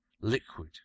liquid